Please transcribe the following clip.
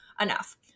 Enough